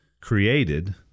created